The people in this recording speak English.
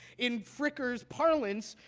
in fricker's parlance,